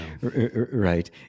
Right